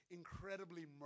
incredibly